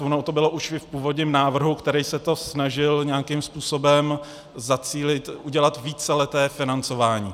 Ono to bylo už i v původním návrhu, který se to snažil nějakým způsobem zacílit, udělat víceleté financování.